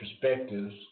perspectives